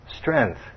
strength